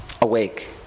Awake